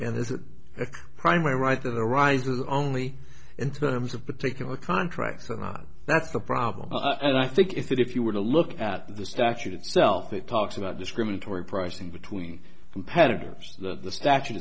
and there's a primary right that arises only in terms of particular contracts and that's the problem i think is that if you were to look at the statute itself it talks about discriminatory pricing between competitors the statute